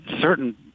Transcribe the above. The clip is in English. certain